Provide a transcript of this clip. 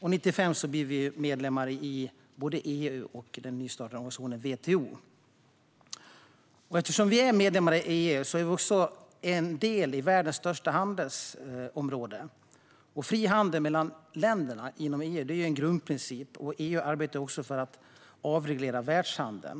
och 1995 blev vi medlemmar i både EU och den nystartade organisationen WTO. Eftersom Sverige är medlem i EU är vi också en del av världens största handelsområde. Fri handel mellan länderna inom EU är en grundprincip, och EU arbetar också för att avreglera världshandeln.